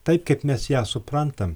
taip kaip mes ją suprantam